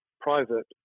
private